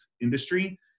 industry